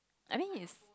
I mean it's